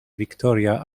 victoria